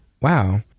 Wow